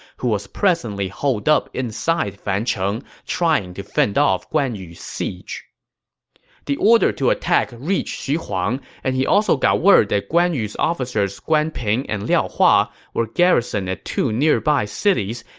who was presently holed up inside fancheng, trying to fend off guan yu's siege the order to attack reached xu huang, and he also got word that guan yu's officers guan ping and liao hua were garrisoned at two nearby cities,